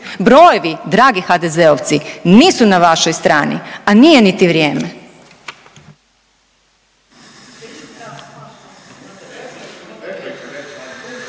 Brojevi dragi HDZ-ovci nisu na vašoj strani, a nije niti vrijeme.